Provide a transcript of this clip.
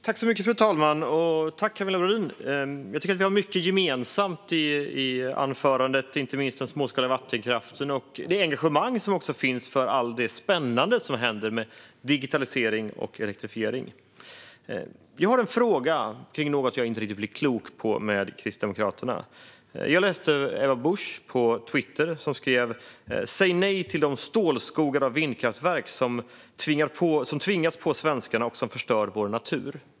Fru talman! Jag tycker att Camilla Brodin och jag har mycket gemensamt. Det gäller inte minst den småskaliga vattenkraften och det engagemang som finns för allt det spännande som händer med digitalisering och elektrifiering. Jag har en fråga om något som jag inte riktigt blir klok på med Kristdemokraterna. Ebba Busch har skrivit följande på Twitter: "Säg nej till de stålskogar av vindkraftverk som tvingas på svenskarna och som förstör vår natur."